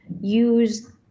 use